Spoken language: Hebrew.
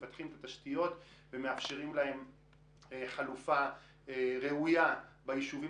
מפתחים את התשתיות ומאפשרים להם חלופה ראויה ביישובים